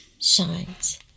shines